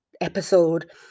episode